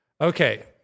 Okay